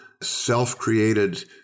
self-created